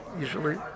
Usually